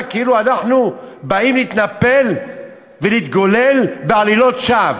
כאילו אנחנו באים להתנפל ולהתגולל בעלילות שווא.